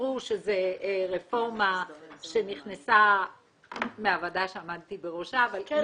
שזו רפורמה שנכנסה מהוועדה שעמדתי בראשה --- כן,